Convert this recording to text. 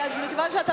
מכיוון שאתה